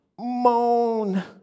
moan